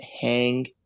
hang